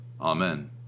Amen